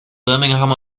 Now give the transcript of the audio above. birmingham